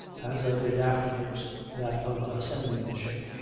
as i did afterwards that of ascending the ship,